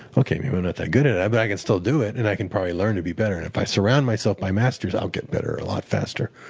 okay, maybe i'm not that good at it but i can still do it, and i can probably learn to be better. and if i surround myself by masters, i'll get better a lot faster.